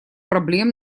проблем